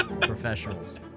Professionals